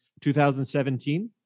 2017